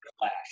clash